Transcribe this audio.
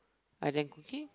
ah then cooking